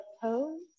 pose